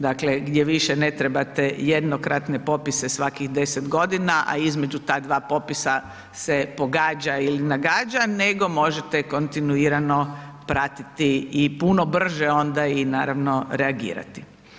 Dakle, gdje više ne trebate jednokratne popise svakih 10 godina, a između ta dva popisa se pogađa ili nagađa, nego možete kontinuirano pratiti i puno brže onda i naravno, reagirati.